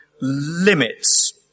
limits